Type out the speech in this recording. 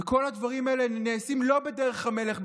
וכל הדברים האלה נעשים לא בדרך המלך,